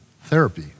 therapy